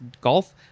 golf